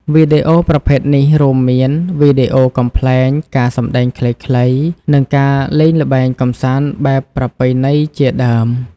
វីដេអូប្រភេទនេះរួមមាន វីដេអូកំប្លែង ការសម្តែងខ្លីៗ និងការលេងល្បែងកម្សាន្តបែបប្រពៃណីជាដើម។